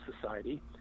Society